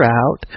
out